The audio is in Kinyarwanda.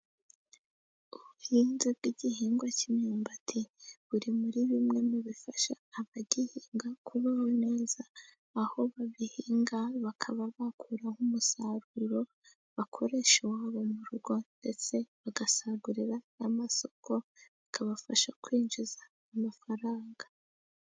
Ubuhinzi bw'igihingwa cy'imyumbati, buri muri bimwe mu bifasha abagihinga kubaho neza, aho babihinga bakaba bakuraraho umusaruro bakoresha iwabo mu rugo, ndetse bagasagurira n' amasosoko, bikabafasha kwinjiza amafaranga.